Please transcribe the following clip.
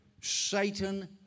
Satan